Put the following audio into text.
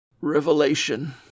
revelation